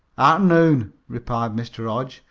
arternoon, replied mr. hodge,